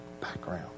background